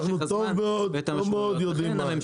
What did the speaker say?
אנחנו טוב מאוד יודעים מה,